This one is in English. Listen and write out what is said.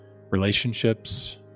relationships